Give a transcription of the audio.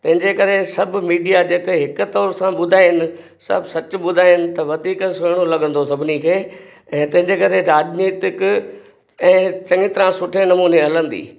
तंहिं जे करे सभु मीडिया जीते हिकु तौरु सां ॿुधाइनि सभु सचु ॿुधाइनि त वधीक सुठो लॻंदो सभिनी खे ऐं तंहिं जे करे राजनीतिक ऐं चङी तरह सुठे नमूने हलंदी